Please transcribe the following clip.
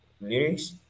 lyrics